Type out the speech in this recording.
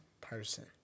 person